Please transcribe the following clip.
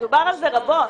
דובר על זה רבות.